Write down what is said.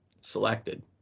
selected